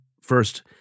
first